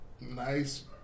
nice